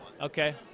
Okay